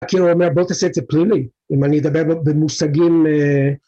‫כאילו הוא אומר בוא תעשה את זה פלילי, ‫אם אני אדבר במושגים...